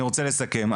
אני רוצה לסכם.